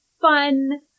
fun